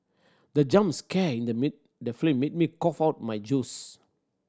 the jump scare in the mid the flame made me cough out my juice